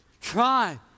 try